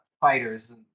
fighters